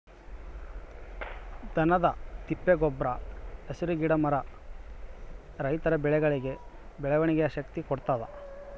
ದನದ ತಿಪ್ಪೆ ಗೊಬ್ರ ಹಸಿರು ಗಿಡ ಮರ ರೈತರ ಬೆಳೆಗಳಿಗೆ ಬೆಳವಣಿಗೆಯ ಶಕ್ತಿ ಕೊಡ್ತಾದ